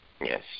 Yes